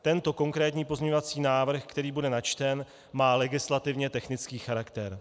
Tento konkrétní pozměňovací návrh, který bude načten, má legislativně technický charakter.